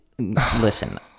Listen